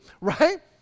right